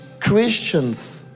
Christians